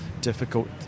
difficult